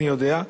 אני יודע,